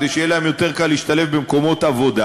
כדי שיהיה להם יותר קל להשתלב במקומות עבודה.